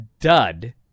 dud